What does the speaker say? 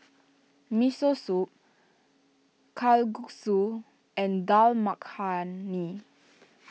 Miso Soup Kalguksu and Dal Makhani